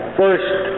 first